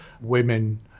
women